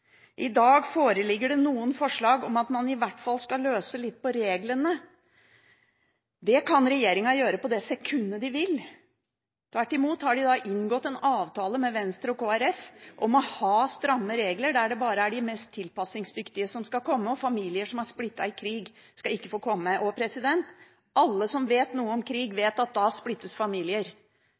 at man i hvert fall skal løse litt på reglene. Det kan regjeringen gjøre på det sekundet de vil. Tvert imot har de inngått en avtale med Venstre og Kristelig Folkeparti om å ha stramme regler der det bare er de mest tilpasningsdyktige som skal komme. Familier som er splittet i krig, skal ikke få komme. Alle som vet noe om krig, vet at da splittes familier.